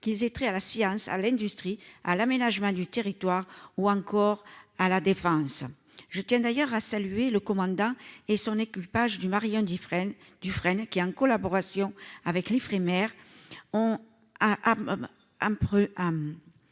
qui étaient très à la science à l'industrie, à l'aménagement du territoire ou encore à la Défense, je tiens d'ailleurs à saluer le commandant et son équipe page du Marion-Dufresne Dufresnes qui, en collaboration avec l'Ifremer on a âpres